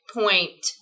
point